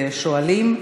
השואלים.